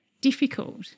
difficult